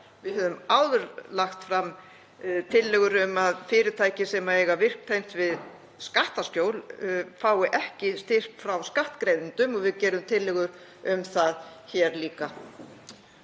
Við höfum áður lagt fram tillögur um að fyrirtæki sem eiga virk tengsl við skattaskjól fái ekki styrk frá skattgreiðendum og við gerum tillögu um það hér líka.